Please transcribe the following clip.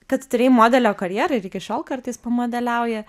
kad turėjai modelio karjerą ir iki šiol kartais pamodeliauji